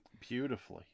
beautifully